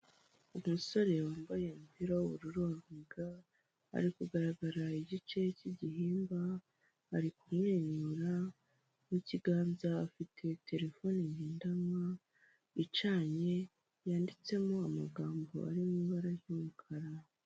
Umusore wambaye umupira w'ubururu w'uruniga, ari kugaragara igice cyigihimba, ari kumwenyura, mukiganza afite terefone ngendanwa, icanye yanditsemo amagambo ari mu ibara ry'umukara.